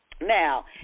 Now